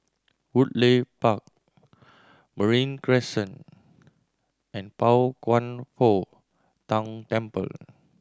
Woodleigh Park Marine Crescent and Pao Kwan Foh Tang Temple